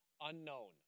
unknown